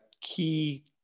key